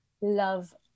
love